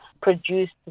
produced